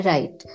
Right